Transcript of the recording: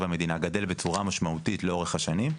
במדינה גדל בצורה משמעותית לאורך השנים,